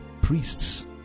priests